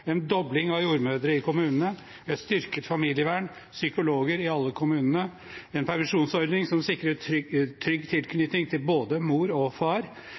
en dobling av jordmødre i kommunene, et styrket familievern, psykologer i alle kommunene, en permisjonsordning som sikrer trygg tilknytning til både mor og far,